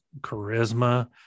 charisma